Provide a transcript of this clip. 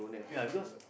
ya because